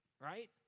right